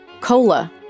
cola